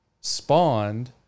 spawned